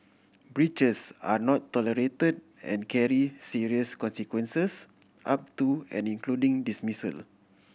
breaches are not tolerate and carry serious consequences up to and including dismissal